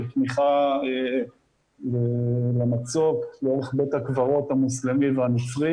תמיכה למצוק לאורך בית הקברות המוסלמי והנוצרי